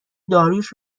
داریوش